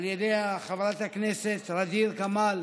חברת הכנסת ע'דיר כמאל